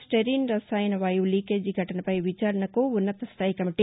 styrene రసాయన వాయువు leakage ఘటనపై విచారణకు ఉన్నత స్థాయి కమిటీ